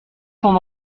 son